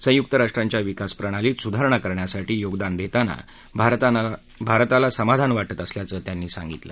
संयुक्त राष्ट्रांच्या विकास प्रणालीत सुधारणा करण्यासाठी योगदान देताना भारताला समाधान वाटत असल्याचं त्यांनी सांगितलं